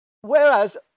Whereas